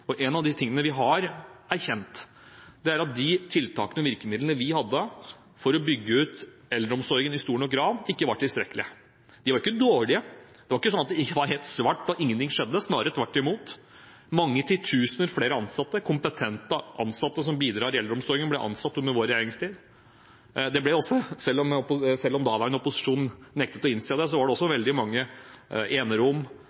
2013. En av tingene vi har erkjent, er at tiltakene og virkemidlene vi hadde for å bygge ut eldreomsorgen i stor nok grad, ikke var tilstrekkelige. De var ikke dårlige, det var ikke helt svart og ingenting som skjedde. Snarere tvert imot: Mange flere – titusener – kompetente ansatte som bidrar i eldreomsorgen, ble ansatt under vår regjeringstid. Det ble også, selv om daværende opposisjon nektet å innse det, bygd veldig mange enerom, andre institusjonsplasser ble bygd om